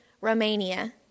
Romania